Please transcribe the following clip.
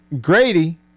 Grady